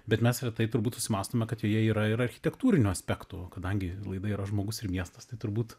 bet mes retai turbūt susimąstome kad joje yra ir architektūrinio aspekto kadangi laida yra žmogus ir miestas tai turbūt